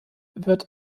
wird